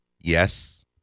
Yes